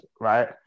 right